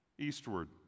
eastward